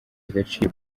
agaciro